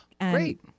Great